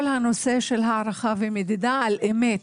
כל הנושא של הערכה ומדידה על אמת.